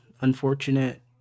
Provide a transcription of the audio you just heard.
unfortunate